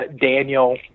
Daniel